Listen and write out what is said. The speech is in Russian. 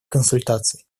консультаций